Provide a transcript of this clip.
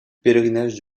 pèlerinage